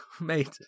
mate